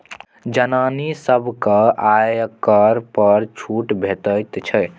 जनानी सभकेँ आयकर पर छूट भेटैत छै